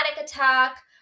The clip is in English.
attack